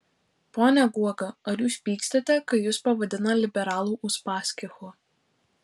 pone guoga ar jūs pykstate kai jus pavadina liberalų uspaskichu